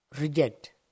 reject